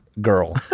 girl